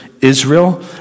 Israel